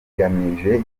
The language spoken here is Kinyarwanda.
igamije